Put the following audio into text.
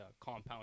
compound